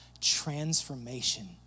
transformation